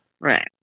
Right